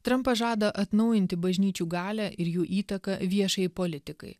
trumpas žada atnaujinti bažnyčių galią ir jų įtaką viešajai politikai